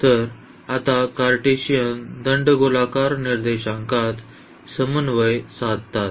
तर आता कार्टेशियन दंडगोलाकार निर्देशांकात समन्वय साधतात